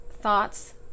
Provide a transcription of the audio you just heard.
thoughts